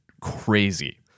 crazy